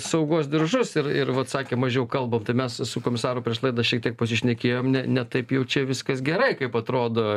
saugos diržus ir ir vat sakė mažiau kalbam tai mes su komisaru prieš laidą šiek tiek pasišnekėjom ne ne taip jau čia viskas gerai kaip atrodo